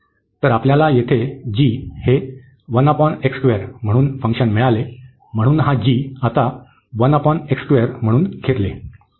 तर आपल्याला येथे g हे म्हणून फंक्शन मिळाले म्हणून हा g आता म्हणून घेतले